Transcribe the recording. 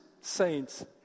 saints